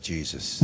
Jesus